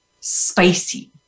spicy